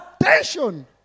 attention